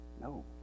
No